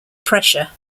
pressure